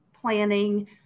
planning